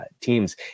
Teams